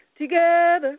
together